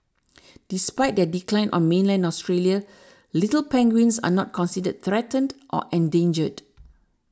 despite their decline on mainland Australia little penguins are not considered threatened or endangered